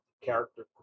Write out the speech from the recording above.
character